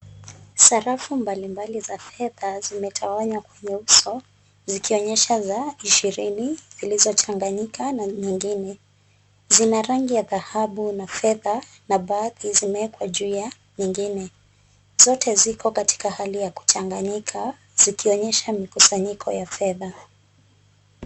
Sarafu mbalimbali za fedha zimetawanywa kwenye uso zikionyesha za ishirini zilizochanganyika na nyingine. Zina rangi ya dhahabu na fedha na baadhi zimeekwa juu ya nyingine. Zote ziko katika hali ya kuchanganyika zikionyesha mikusanyiko ya fedha.